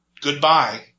Goodbye